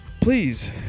please